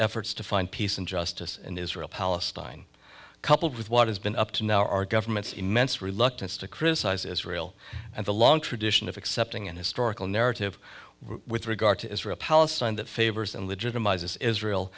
efforts to find peace and justice in israel palestine coupled with what has been up to now our government's immense reluctance to criticize israel and the long tradition of accepting an historical narrative with regard to israel palestine that favors and legitimizes israel